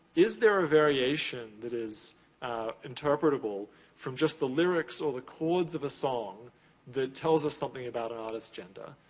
is there a variation that is interpretable from just the lyrics or the chords of a song that tells us something about an artist's gender?